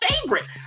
Favorite